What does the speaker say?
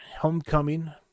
homecoming